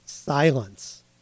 silence